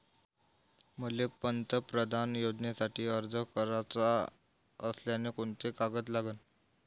मले पंतप्रधान योजनेसाठी अर्ज कराचा असल्याने कोंते कागद लागन?